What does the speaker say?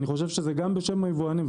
אני חושב שזה גם בשם היבואנים,